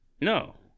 No